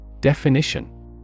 Definition